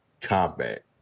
combat